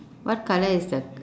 what colour is the